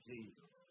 Jesus